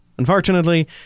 unfortunately